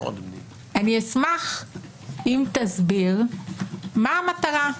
אני אשמח אם תסביר מה המטרה.